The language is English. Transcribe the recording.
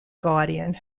guardian